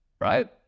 right